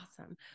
Awesome